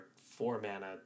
four-mana